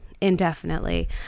indefinitely